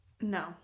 no